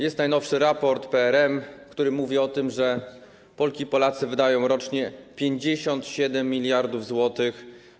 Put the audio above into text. Jest najnowszy raport PRM, który mówi o tym, że Polki i Polacy wydają rocznie 57 mld zł,